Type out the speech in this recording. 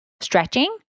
Stretching